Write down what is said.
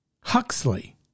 Huxley